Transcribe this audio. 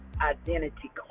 identity